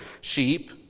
sheep